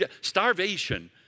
Starvation